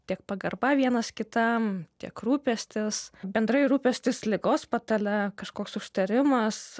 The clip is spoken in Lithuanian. tiek pagarba vienas kitam tiek rūpestis bendrai rūpestis ligos patale kažkoks užtarimas